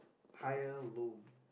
higher loom